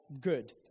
good